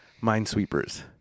Minesweepers